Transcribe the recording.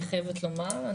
אני חייבת לומר,